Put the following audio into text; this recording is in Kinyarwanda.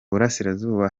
burasirazuba